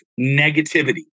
negativity